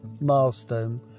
milestone